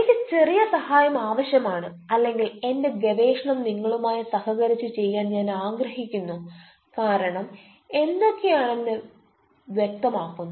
എനിക്ക് ചെറിയ സഹായം ആവശ്യമാണ് അല്ലെങ്കിൽ എന്റെ ഗവേഷണം നിങ്ങളുമായി സഹകരിച്ച് ചെയ്യാൻ ഞാൻ ആഗ്രഹിക്കുന്നു കാരണം എന്തൊക്കെയാണ് എന്ന് വ്യക്തം ആക്കുന്നു